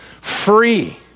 free